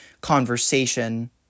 conversation